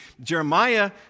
Jeremiah